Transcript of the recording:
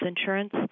insurance